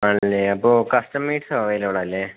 ആണല്ലേ അപ്പോള് കസ്റ്റമൈസ്ഡ് അവൈലബിളല്ലേ